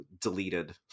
deleted